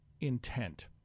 intent